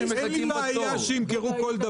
הסעיף הוא כללי ומאפשר הכול.